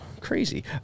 Crazy